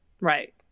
Right